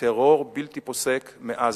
טרור בלתי פוסק מעזה,